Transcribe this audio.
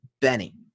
Benny